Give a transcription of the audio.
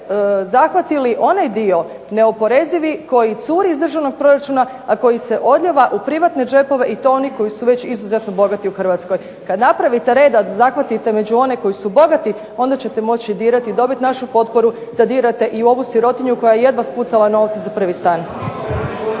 zahvatili onaj dio neoporezivi koji curi iz državnog proračuna, a koji se odlijeva u privatne džepove i to onih koji su već izuzetno bogati u Hrvatskoj. Kad napravite reda da zahvatite među one koji su bogati onda ćete moći dirati i dobiti našu potporu da dirate i u ovu sirotinju koja je jedva skucala novce za prvi stan.